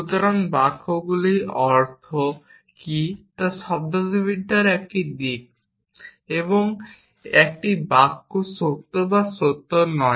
সুতরাং বাক্যগুলির অর্থ কী শব্দার্থবিদ্যার একটি দিক এবং একটি বাক্য সত্য বা সত্য নয়